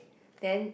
then